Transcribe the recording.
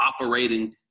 operating